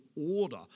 order